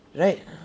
but